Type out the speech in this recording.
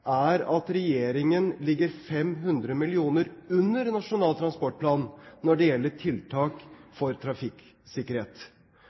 er at regjeringen ligger 500 mill. kr under Nasjonal transportplan når det gjelder tiltak